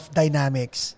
dynamics